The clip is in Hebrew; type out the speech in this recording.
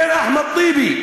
בין אחמד טיבי,